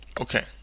Okay